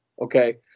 okay